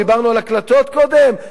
דיברנו על הקלטות קודם,